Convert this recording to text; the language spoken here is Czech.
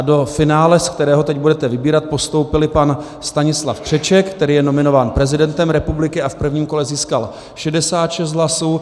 Do finále, z kterého teď budete vybírat, postoupil pan Stanislav Křeček, který je nominován prezidentem republiky a v prvním kole získal 66 hlasů.